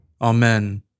Amen